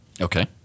Okay